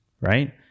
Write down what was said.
right